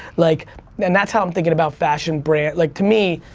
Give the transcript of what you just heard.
like and that's how i'm thinking about fashion brands, like to me,